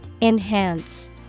Enhance